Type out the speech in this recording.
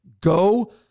Go